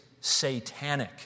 satanic